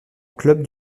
club